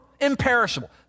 imperishable